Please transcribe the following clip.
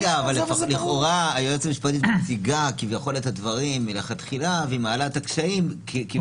לכאורה היועצת המשפטית מציגה את הדברים בהתחלה ומעלה את הקשיים אבל